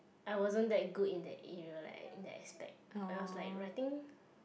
I wasn't that good in that area like in that aspect I was like writing